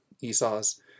Esau's